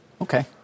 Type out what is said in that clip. Okay